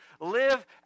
Live